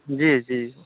جی جی